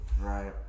right